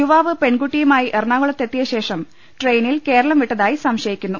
യുവാവ് പെൺകുട്ടിയുമായി എറണാകുളത്തെത്തിയ ശേഷം ട്രെയിനിൽ കേരളം വിട്ടതായി സംശയിക്കുന്നു